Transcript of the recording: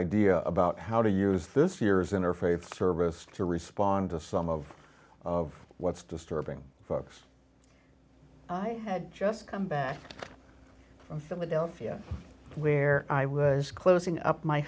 idea about how to use this year's interfaith service to respond to some of of what's disturbing folks i had just come back from philadelphia where i was closing up my